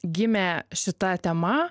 gimė šita tema